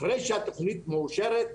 אחרי שהתכנית מאושרת,